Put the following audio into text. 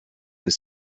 his